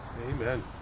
Amen